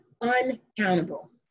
uncountable